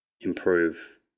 improve